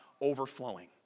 overflowing